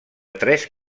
tres